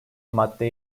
madde